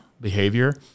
behavior